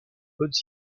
bonnes